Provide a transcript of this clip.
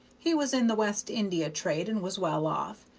he was in the west india trade and was well-off,